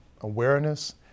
awareness